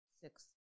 Six